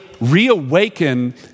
reawaken